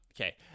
Okay